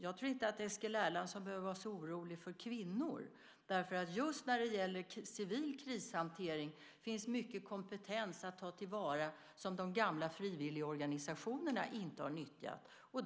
Jag tror inte att Eskil Erlandsson behöver vara så orolig för kvinnor, därför att just när det gäller civil krishantering finns mycket kompetens att ta till vara som de gamla frivilligorganisationerna inte har nyttjat.